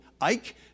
Ike